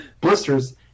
blisters